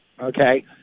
Okay